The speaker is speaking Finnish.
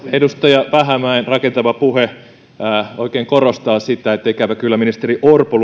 edustaja vähämäen rakentava puhe oikein korostaa sitä että ikävä kyllä ministeri orpo